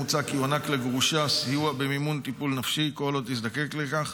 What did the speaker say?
מוצע כי יוענק לגרושה סיוע במימון טיפול נפשי כל עוד תזדקק לכך.